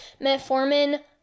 metformin